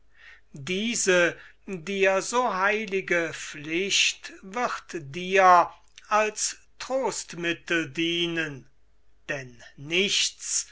diese dir so heilige pflicht wird dir als trostmittel dienen denn nichts